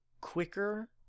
quicker